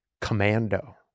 Commando